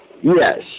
Yes